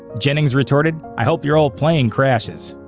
jennings retorted i hope your ol' plane crashes.